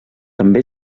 també